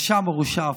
רשע מרושע אפילו.